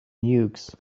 nukes